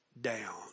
down